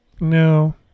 No